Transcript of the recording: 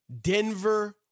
Denver